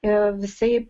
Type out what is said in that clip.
ir visaip